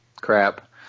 crap